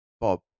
Bob